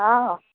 অঁ